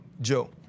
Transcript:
Joe